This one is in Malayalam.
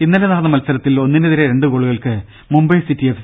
ഇന്നലെ നടന്ന മത്സരത്തിൽ ഒന്നിനെതിരെ രണ്ട് ഗോളുകൾക്ക് മുംബൈ സിറ്റി എഫ്